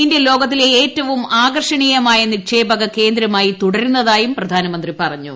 India ലോകത്തിലെ ഏറ്റവും ആകർഷണീയമായ നിക്ഷേപക കേന്ദ്രമായി തുടരുന്നതായും പ്രധാനമന്ത്രി പറഞ്ഞു